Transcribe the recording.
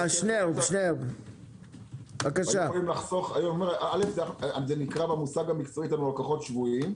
זה נקרא לקוחות שבויים.